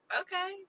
okay